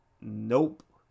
Nope